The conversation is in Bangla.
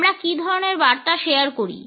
আমরা কি ধরনের বার্তা শেয়ার করি